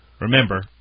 remember